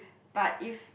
but if